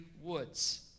woods